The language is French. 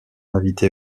invité